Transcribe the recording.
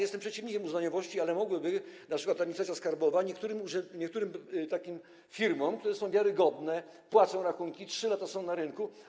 Jestem przeciwnikiem uznaniowości, ale np. administracja skarbowa mogłaby niektórym takim firmom, które są wiarygodne, płacą rachunki, 3 lata są na rynku.